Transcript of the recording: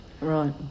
Right